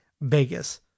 Vegas